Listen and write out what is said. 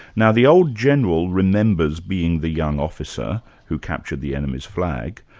now the old general remembers being the young officer who captured the enemy's flag,